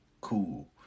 Cool